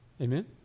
Amen